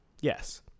Yes